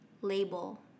label